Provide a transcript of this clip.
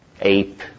ape